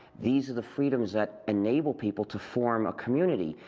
these are the freedoms that enable people to form a community.